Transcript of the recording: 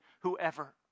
whoever